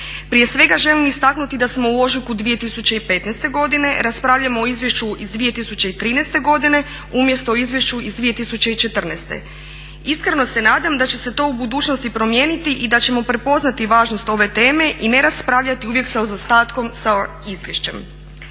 Prije svega, želim istaknuti da smo u ožujku 2015. godine i raspravljamo o Izvješću iz 2013. godine, umjesto o Izvješću iz 2014. Iskreno se nadam da će se to u budućnosti promijeniti i da ćemo prepoznati važnost ove teme i ne raspravljati uvijek sa zaostatkom sa izvješćem.